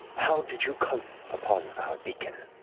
how did you come upon our beacon,